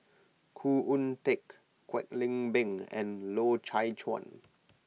Khoo Oon Teik Kwek Leng Beng and Loy Chye Chuan